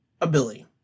ability